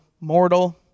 mortal